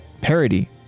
parody